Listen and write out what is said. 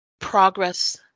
progress